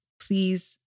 Please